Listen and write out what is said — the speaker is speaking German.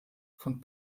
von